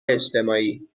اجتماعی